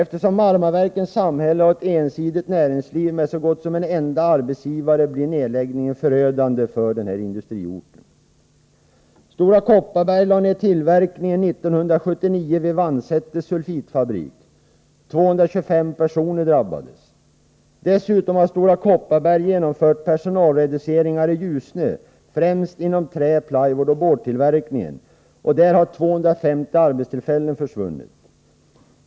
Eftersom Marmaver kens samhälle har ett ensidigt näringsliv, med så gott som bara en enda arbetsgivare, blir nedläggningen förödande för den här industriorten. År 1979 lade Stora Kopparberg ned tillverkningen vid Vagnsäters Sulfitfabrik. 225 personer drabbades. Dessutom har Stora Kopparberg genomfört personalreduceringar i Ljusne, främst inom trä-, plywoodoch boardtillverkningen. Där har 250 arbetstillfällen försvunnit.